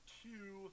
two